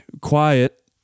quiet